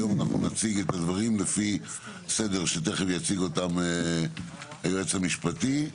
היום אנחנו נציג את הדברים לפי סדר שתכף יציג אותם היועץ המשפטי.